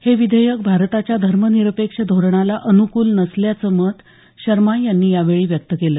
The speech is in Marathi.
हे विधेयक भारताच्या धर्मनिरपेक्ष धोरणाला अनुकूल नसल्याचं मत शर्मा यांनी यावेळी व्यक्त केलं